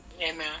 Amen